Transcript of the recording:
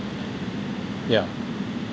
yeah